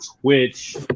Twitch